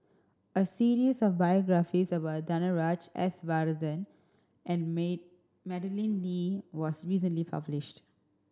a series of biographies about Danaraj S Varathan and May Madeleine Lee was recently published